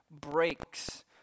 breaks